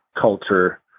culture